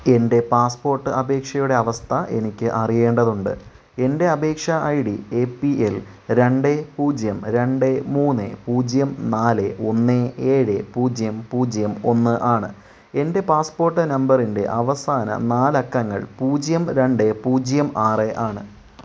എൻ്റെ പാസ്പോർട്ട് അപേക്ഷയുടെ അവസ്ഥ എനിക്ക് അറിയേണ്ടതുണ്ട് എൻ്റെ അപേക്ഷാ I D A P L രണ്ട് പൂജ്യം രണ്ട് മൂന്ന് പൂജ്യം നാല് ഒന്ന് ഏഴ് പൂജ്യം പൂജ്യം ഒന്ന് ആണ് എൻ്റെ പാസ്പോർട്ട് നമ്പറിൻ്റെ അവസാന നാല് അക്കങ്ങൾ പൂജ്യം രണ്ട് പൂജ്യം ആറ് ആണ്